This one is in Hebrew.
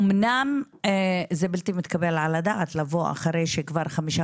אמנם זה בלתי מתקבל על הדעת לבוא אחרי שכבר חמישה